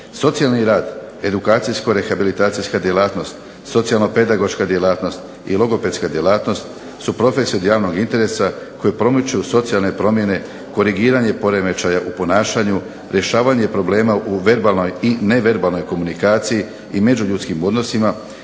Socijalni rad edukacijsko-rehabilitacijska djelatnost, socijalno-pedagoška djelatnost, i logopedska djelatnost su profesije od javnog interesa, koje promiču socijalne promjene korigiranje poremećaja u ponašanju, rješavanje problema u verbalnoj i neverbalnoj komunikaciji, i međuljudskim odnosima,